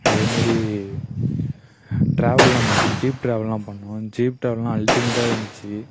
அதேமாரி ட்ராவல்லாம் பண்ணோம் ஜீப் ட்ராவல்லாம் பண்ணோம் ஜீப் ட்ராவல்லாம் அல்டிமேட்டாக இருந்துச்சு